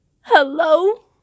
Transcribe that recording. hello